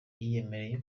yiyemereye